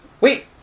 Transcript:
Wait